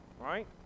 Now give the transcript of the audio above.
right